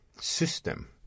system